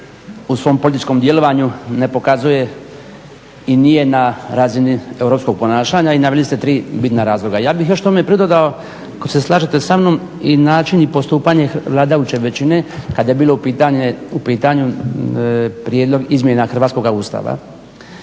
u svom političkom djelovanju ne pokazuje i nije na razini europskog ponašanja i naveli ste tri bitna razloga. Ja bih još tome pridodao ako se slažete samnom i način i postupanje vladajuće većine kada je bilo u pitanju prijedlog izmjena hrvatskoga Ustava.